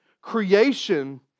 creation